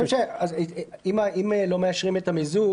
אם לא מאשרים את המיזוג